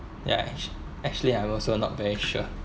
yeah ac~ actually I also not very sure